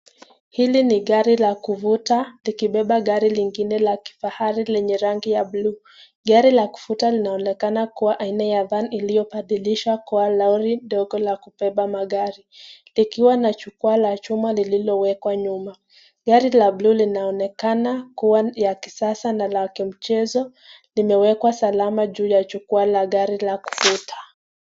Hili ni gari la kuvuta likibeba gari lingine la kifahari lenye rangi ya blue . Gari la kuvuta linaonekana kuwa aina ya van ilibadilishwa kuwa lori ndogo la kubeba magari, likiwa na jukwaa la chuma lililowekwa nyuma. Gari la blue linaonekana kuwa ya kisasa na la kimchezo limewekwa salama juu ya jukwaa la gari la kuvuta.